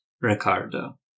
Ricardo